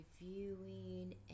reviewing